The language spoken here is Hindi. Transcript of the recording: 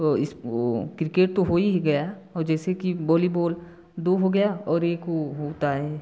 इस क्रिकेट तो हो ही गया जैसे कि बॉलीबॉल दो हो गया और एक वह होता है